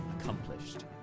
accomplished